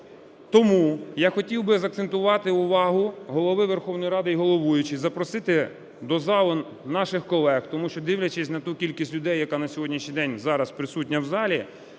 Тому я хотів би закцентувати увагу Голови Верховної Ради і головуючу запросити до залу наших колег, тому що, дивлячись на ту кількість людей, яка на сьогоднішній день зараз присутня в залі,